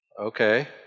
Okay